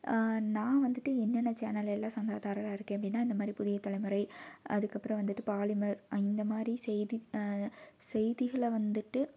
நான் வந்துட்டு என்னென்ன சேனல் எல்லா சந்தாதாரராக இருக்கேன் அப்படின்னா இந்த மாதிரி புதிய தலைமுறை அதுக்கப்புறம் வந்துட்டு பாலிமர் இந்தமாதிரி செய்தி செய்திகளை வந்துட்டு